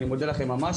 אני מודה לכם ממש,